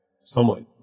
somewhat